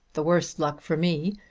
the worse luck for me.